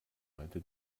meinte